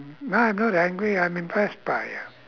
no I'm not angry I'm impressed by you